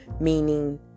Meaning